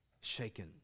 shaken